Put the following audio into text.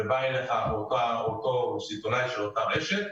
אל אותו סיטונאי של אותה רשת,